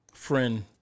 friend